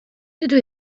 dydw